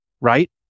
Right